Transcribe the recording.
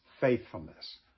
faithfulness